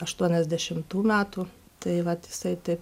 aštuoniasdešimtų metų tai vat jisai tai